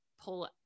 pull